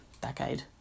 decade